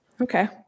Okay